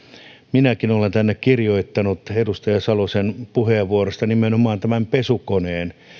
minäkin olen kirjoittanut edustaja salosen puheenvuorosta nimenomaan tämän pesukoneen